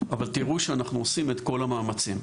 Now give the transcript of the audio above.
אבל תראו שאנחנו עושים את כל המאמצים.